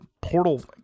Portal